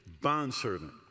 bondservant